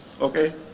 okay